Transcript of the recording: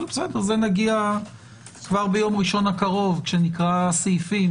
אבל זה נגיע ביום ראשון הקרוב כשנקרא סעיפים